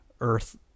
Earth